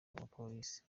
abapolisi